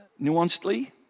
nuancedly